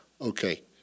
okay